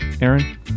Aaron